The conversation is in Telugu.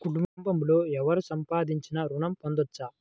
కుటుంబంలో ఎవరు సంపాదించినా ఋణం పొందవచ్చా?